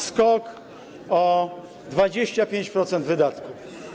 Skok o 25% wydatków.